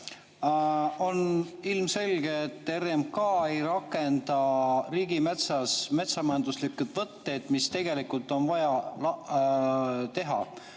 On ilmselge, et RMK ei rakenda riigimetsas metsamajanduslikke võtteid, mida tegelikult on vaja teha.